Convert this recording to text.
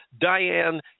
Diane